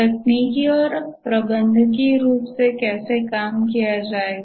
तकनीकी और प्रबंधकीय रूप से कैसे काम किया जाएगा